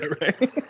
right